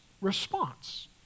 response